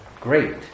great